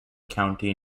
county